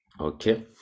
Okay